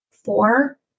four